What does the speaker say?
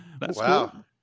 Wow